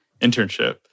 internship